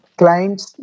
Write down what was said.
clients